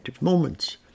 moments